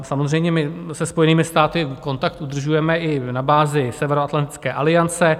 Samozřejmě my se Spojenými státy kontakt udržujeme i na bázi Severoatlantické aliance.